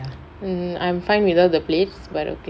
mm I'm fine with all the plates but okay